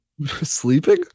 sleeping